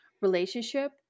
relationship